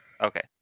Okay